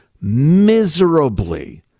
miserably